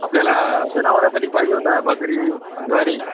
आपल्याला जनावरासाठी पाहिजे होतं बाजरी ज्वारी